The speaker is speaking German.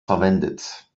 verwendet